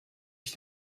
ich